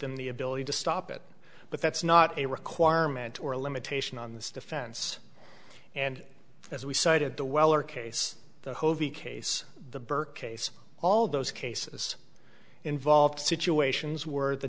them the ability to stop it but that's not a requirement or a limitation on this defense and as we cited the weller case the hovey case the burke case all those cases involved situations where the